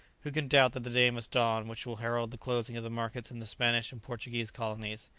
who can doubt that the day must dawn which will herald the closing of the markets in the spanish and portuguese colonies,